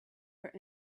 were